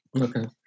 Okay